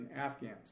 afghans